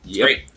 great